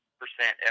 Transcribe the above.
percent